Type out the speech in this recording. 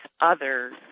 others